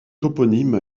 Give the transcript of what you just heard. toponyme